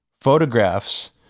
photographs